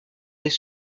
des